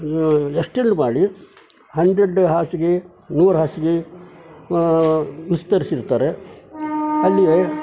steel ಮಾಡಿ hundred ಹಾಸಿಗೆ ನೂರು ಹಾಸಿಗೆ ವಿಸ್ತರಿಸಿರ್ತಾರೆ ಅಲ್ಲಿ